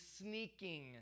sneaking